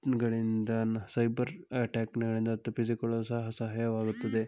ಗಳಿಂದ ಸೈಬರ್ ಅಟ್ಯಾಕ್ಗಳಿಂದ ತಪ್ಪಿಸಿಕೊಳ್ಳಲು ಸಹ ಸಹಾಯವಾಗುತ್ತದೆ